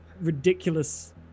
ridiculous